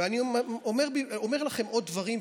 ואני אומר לכם עוד דברים,